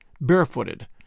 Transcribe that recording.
barefooted